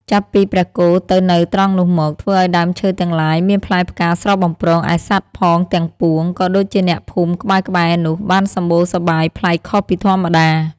ចាប់ពីព្រះគោទៅនៅត្រង់នោះមក ធ្វើឲ្យដើមឈើទាំងឡាយមានផ្លែផ្កាស្រស់បំព្រង ឯសត្វផងទាំងពួង ក៏ដូចជាអ្នកភូមិក្បែរៗនោះបានសម្បូរសប្បាយប្លែកខុសពីធម្មតា ។